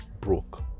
broke